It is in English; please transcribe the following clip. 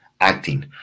acting